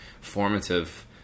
formative